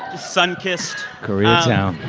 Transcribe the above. sun-kissed. koreatown